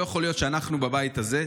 לא יכול להיות שאנחנו בבית הזה,